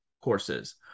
courses